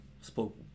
spoke